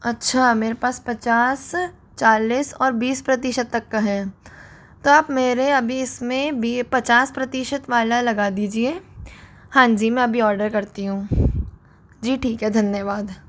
अच्छा मेरे पास पचास चालीस और बीस प्रतिशत तक का है तो आप मेरे अभी इसमें भी पचास प्रतिशत वाला लगा दीजिए हाँ जी मैं अभी ऑर्डर करती हूँ जी ठीक है धन्यवाद